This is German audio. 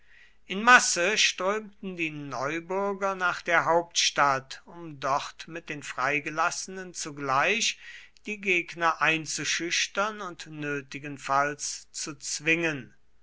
in masse strömten die neubürger nach der hauptstadt um dort mit den freigelassenen zugleich die gegner einzuschüchtern und nötigenfalls zu zwingen